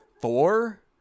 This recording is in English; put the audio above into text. four